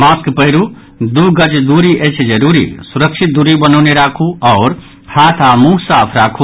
mask पहिरू दू गज दूरी अछि जरूरी सुरक्षित दूरी बनौने राखू आओर हाथ आ मुंह साफ राखू